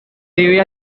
debe